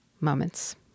moments